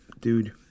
dude